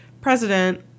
president